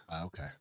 Okay